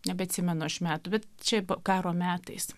nebeatsimenu aš metų čia karo metais